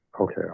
Okay